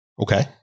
Okay